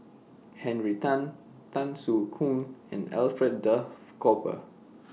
Henry Tan Tan Soo Khoon and Alfred Duff Cooper